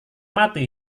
mati